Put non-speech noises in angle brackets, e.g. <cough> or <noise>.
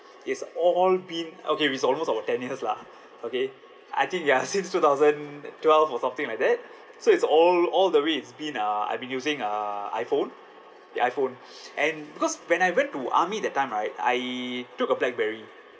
it's all been okay it's almost about ten years lah okay I think ya since two thousand twelve or something like that so it's all all the way it's been uh I've been using uh iphone the iphone <breath> and because when I went to army that time right I took a blackberry